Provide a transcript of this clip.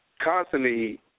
Constantly